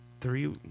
three